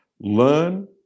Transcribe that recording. learn